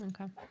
okay